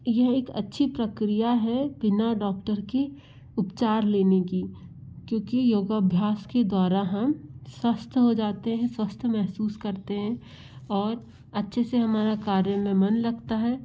यह एक अच्छी प्रक्रिया है बिना डॉक्टर के उपचार लेने की क्योंकि योगाभ्यास के द्वारा हम स्वश्थ हो जाते हैं स्वश्थ महसूस करते हैं और अच्छे से हमारा कार्य में मन लगता है